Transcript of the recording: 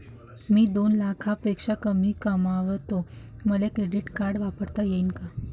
मी दोन लाखापेक्षा कमी कमावतो, मले क्रेडिट कार्ड वापरता येईन का?